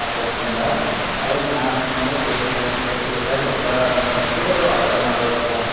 ಆ ಫೋನ್ನಿಂದ ಅದಕ್ಕೆ ನಾ ಏನು ಮಾಡಿದೆ ಗ್ರೇಟ್ ಇಂಡಿಯನ್ ಫೆಸ್ಟಿವಲ್ದಾಗ ಹಬ್ಬ ಮೂಮೆಂಟಿಗದು ಆರ್ಡ್ರು ಮಾಡ್ದೆ ಅದು ಫೋನು